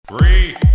Three